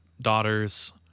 daughters